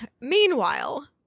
Meanwhile